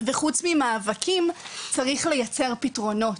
וחוץ ממאבקים צריך לייצר פתרונות,